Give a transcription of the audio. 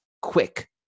Quick